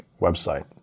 website